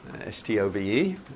S-T-O-V-E